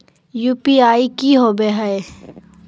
UPI की होवे हय?